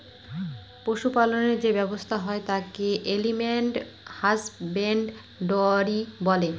পশু পালনের যে ব্যবসা হয় তাকে এলিম্যাল হাসব্যানডরই বলে